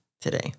today